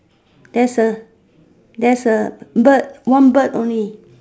there's a there's a bird one bird only